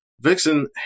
Vixen